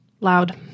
Loud